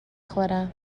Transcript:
خورم